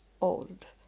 old